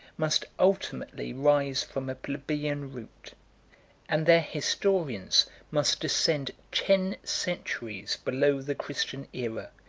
must ultimately rise from a plebeian root and their historians must descend ten centuries below the christian aera,